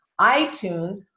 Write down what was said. iTunes